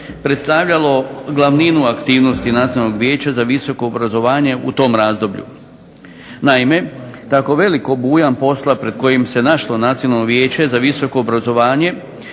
predstavljalo glavninu aktivnosti Nacionalnog vijeća za visoko obrazovanje u tom razdoblju. Naime, tako velik obujam posla pred kojim se našlo Nacionalno vijeće za visoko obrazovanje